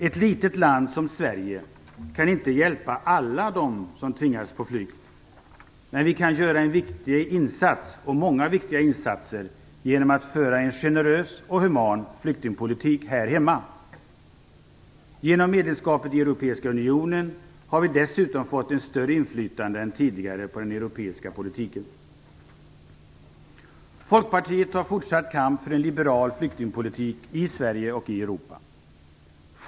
Ett litet land som Sverige kan inte hjälpa alla dem som tvingats på flykt, men vi kan göra en viktig insats - många viktiga insatser - genom att bedriva en generös och human flyktingpolitik här hemma. Genom medlemskapet i Europeiska unionen har vi dessutom fått ett större inflytande än tidigare på den europeiska politiken. Folkpartiet förordar fortsatt kamp för en liberal flyktingpolitik i Sverige och i Europa.